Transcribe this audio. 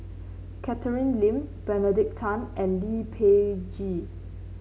Catherine Lim Benedict Tan and Lee Peh Gee